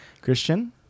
Christian